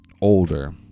older